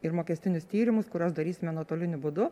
ir mokestinius tyrimus kuriuos darysime nuotoliniu būdu